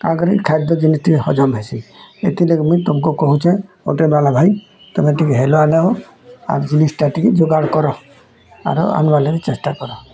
କାଁ କରି ଖାଦ୍ୟ ଜିନିଷ୍ ଟିକେ ହଜମ୍ ହେସି ଏଥିର୍ ଲାଗି ମୁଇଁ ତମକୁ କହୁଛେଁ ହୋଟେଲ୍ବାଲା ଭାଇ ତମେ ଟିକେ ହେଲୱା ଆଣବ ଆଉ ଜିନିଷ୍ଟା ଟିକେ ଯୋଗାଡ଼ କର ଆରୁ ଆଣିବା ଲାଗି ଚେଷ୍ଟା କର